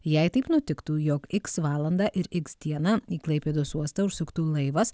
jei taip nutiktų jog x valandą ir x dieną į klaipėdos uostą užsuktų laivas